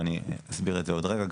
ואני אסביר את זה עוד רגע,